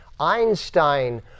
Einstein